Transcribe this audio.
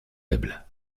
faibles